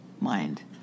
mind